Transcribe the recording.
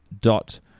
dot